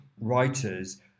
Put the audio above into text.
writers